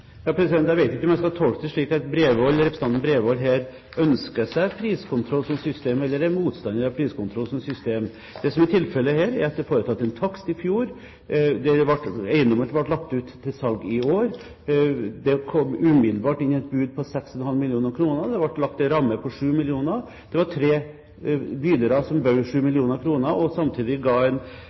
Jeg vet ikke om jeg skal tolke det slik at representanten Bredvold her ønsker seg priskontroll som system eller er motstander av priskontroll som system. Det som er tilfellet her, er at det er holdt en takst i fjor, eiendommen ble lagt ut for salg i år, og det kom umiddelbart inn et bud på 6,5 mill. kr. Det ble lagt en ramme på 7 mill. kr, det var tre bydere som bød 7 mill. kr, og samtidig ga en